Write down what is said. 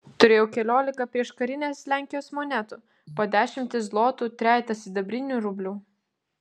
turėjau keliolika prieškarinės lenkijos monetų po dešimtį zlotų trejetą sidabrinių rublių